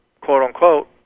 quote-unquote